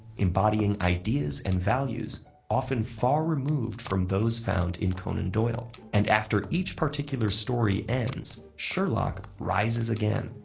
embodying ideas and values often far removed from those found in conan doyle. and after each particular story ends, sherlock rises again,